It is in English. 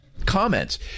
Comments